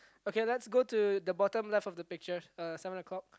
okay let's go to the bottom left of the picture uh seven o-clock